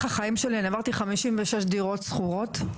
החיים שלי אני עברתי 56 דירות שכורות,